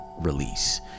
release